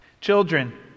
Children